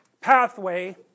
pathway